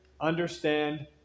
understand